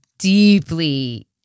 deeply